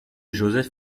joseph